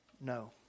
no